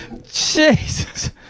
Jesus